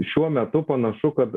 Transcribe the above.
šiuo metu panašu kad